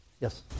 Yes